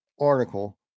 article